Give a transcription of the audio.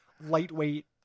lightweight